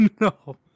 No